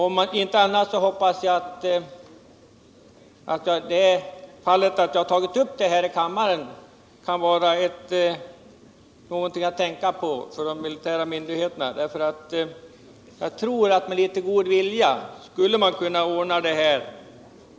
Om inte annat hoppas jag att det förhållandet att jag tagit upp denna fråga i riksdagen skall få de militära myndigheterna att tänka på den här saken. Jag tror nämligen att man med litet god vilja skulle kunna ordna det här.